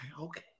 okay